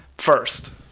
first